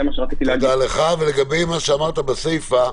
לגבי מה שאמרת בסיפה,